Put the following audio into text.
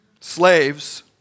Slaves